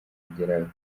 kugera